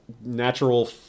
natural